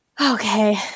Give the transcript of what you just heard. Okay